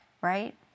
right